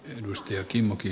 arvoisa puhemies